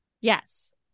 Yes